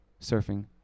surfing